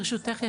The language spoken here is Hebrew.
ברשותך,